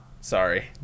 Sorry